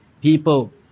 People